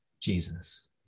Jesus